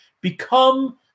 become